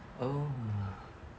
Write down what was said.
oh